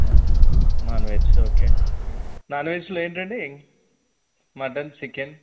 non veg okay non వెజ్లో ఏంటండి mutton chicken